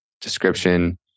description